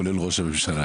כולל ראש הממשלה.